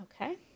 Okay